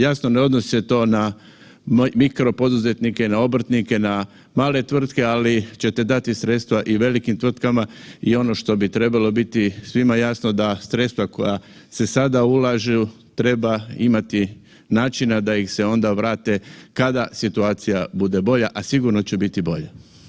Jasno ne odnosi se to na mikropoduzetnike, na obrtnike, na male tvrtke ali ćete dati sredstva i velikim tvrtkama i ono što bi trebalo biti svima jasno da sredstva koja se sada ulažu treba imati načina da ih se onda vrate kada situacija bude bolja, a sigurno će biti bolja.